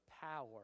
power